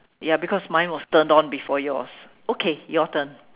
ya because mine was turned on before yours okay your turn